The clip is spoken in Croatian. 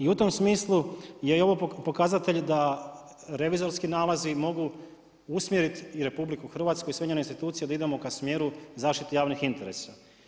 I u tom smislu je i ovo pokazatelj da revizorski nalazi mogu usmjeriti u RH i sve njene institucije da idemo ka smjeru zaštite javnih interesa.